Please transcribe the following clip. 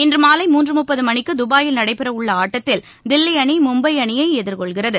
இன்றுமாலைமுன்றுமுப்பதுமணிக்குதுபாயில் நடைபெறவுள்ளஆட்டத்தில் தில்லிஅணிமும்பைஅணியைஎதிர்கொள்கிறது